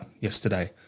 yesterday